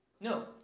no